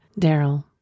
Daryl